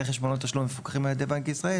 חשבונות תשלום המפוקחים על ידי בנק ישראל